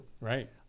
Right